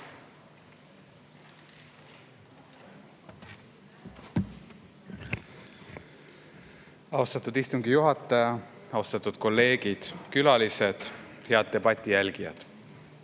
Austatud istungi juhataja! Austatud kolleegid! Külalised! Head debati jälgijad!